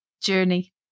journey